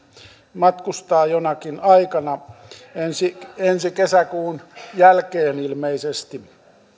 matkustaa jonakin aikana ensi ensi kesäkuun jälkeen ilmeisesti